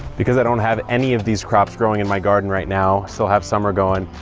because i don't have any of these crops growing in my garden right now, still have summer going,